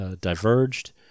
diverged